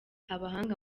abahanga